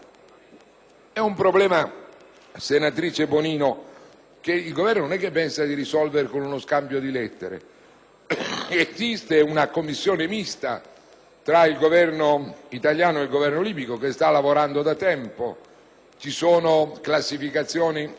È un problema questo, senatrice Bonino, che il Governo non pensa di risolvere con uno scambio di lettere; esiste una Commissione mista tra il Governo italiano e il Governo libico, che sta lavorando da tempo. C'è una classificazione dei